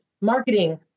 marketing